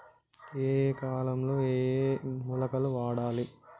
ఏయే కాలంలో ఏయే మొలకలు వాడాలి?